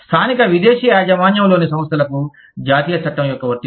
స్థానిక విదేశీ యాజమాన్యంలోని సంస్థలకు జాతీయ చట్టం యొక్క వర్తింపు